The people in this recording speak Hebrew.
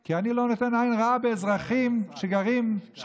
כי אני לא נותן עין רעה באזרחים שגרים בארץ שלי,